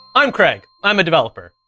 i'm craig. i'm a developer.